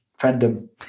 fandom